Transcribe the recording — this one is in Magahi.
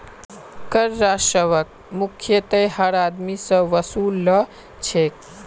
कर राजस्वक मुख्यतयः हर आदमी स वसू ल छेक